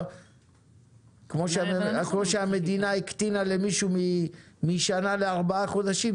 כמו שהמדינה הקטינה למישהו משנה לארבעה חודשים,